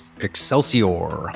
Excelsior